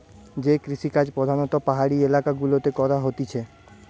যে কৃষিকাজ প্রধাণত পাহাড়ি এলাকা গুলাতে করা হতিছে